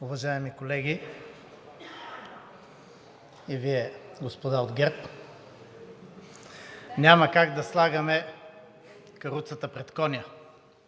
Уважаеми колеги и Вие, господа, от ГЕРБ! Няма как да слагаме каруцата пред коня!